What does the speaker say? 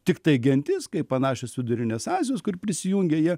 tiktai gentis kaip panašios vidurinės azijos kur prisijungė jie